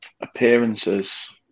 Appearances